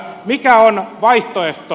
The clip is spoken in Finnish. mikä on vaihtoehto